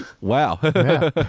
wow